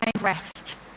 rest